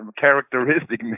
characteristic